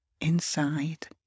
inside